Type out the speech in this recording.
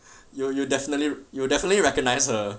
you you definitely you will definitely recognize her